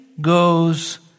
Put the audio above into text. goes